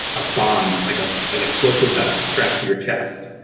ah bomb, like ah an explosive vest strapped to your chest,